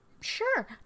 sure